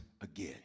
again